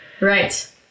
Right